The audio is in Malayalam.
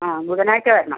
ആ ബുധനാഴ്ച വരണം